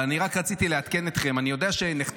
אבל אני רק רציתי לעדכן אתכם: אני יודע שנחתם